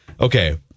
okay